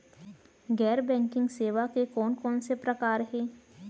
गैर बैंकिंग सेवा के कोन कोन से प्रकार हे?